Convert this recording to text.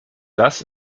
das